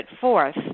forth